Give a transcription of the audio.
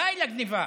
די לגנבה.